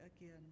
again